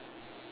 ya